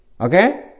Okay